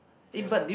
ya